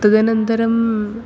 तदनन्तरं